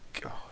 god